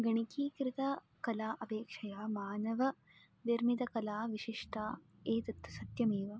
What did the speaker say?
गणकीकृतकला अपेक्षया मानवनिर्मितकला विशिष्टा एतत्तु सत्यमेव